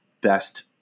best